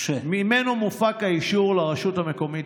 שממנו מופק האישור לרשות המקומית,